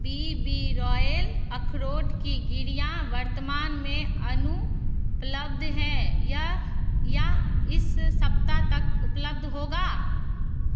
B B royal अखरोट की गिरियाँ वर्तमान में अनुपलब्ध हैं यह या इस सप्ताह तक उपलब्ध होगा